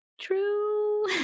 true